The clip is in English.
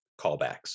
callbacks